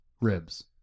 ribs